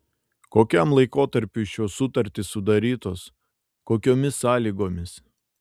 kokiam laikotarpiui šios sutartys sudarytos kokiomis sąlygomis